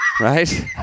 right